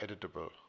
editable